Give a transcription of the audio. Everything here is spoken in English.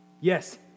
Yes